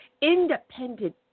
independent